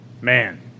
man